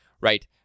right